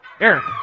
Eric